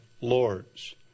lords